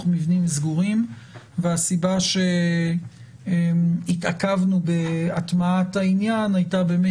מבנים סגורים והסיבה התעכבנו בהטמעת העניין הייתה באמת